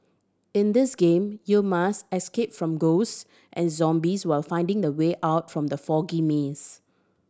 in this game you must escape from ghost and zombies while finding the way out from the foggy maze